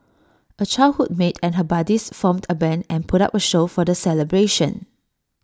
A childhood mate and her buddies formed A Band and put up A show for the celebration